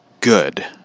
good